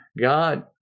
God